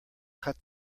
cut